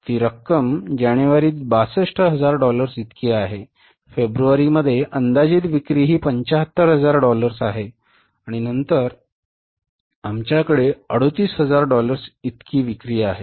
ती रक्कम जानेवारीत 62000 डॉलर्स इतकी आहे फेब्रुवारी मध्ये अंदाजीत विक्री ही 75000 डॉलर्स आहे आणि नंतर आमच्याकडे 38000 डॉलर्स इतकीच विक्री आहे